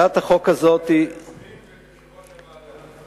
לברך את היוזמים ואת יושב-ראש הוועדה.